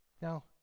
Now